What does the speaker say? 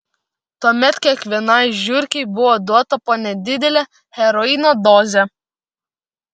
tuomet kiekvienai žiurkei buvo duota po nedidelę heroino dozę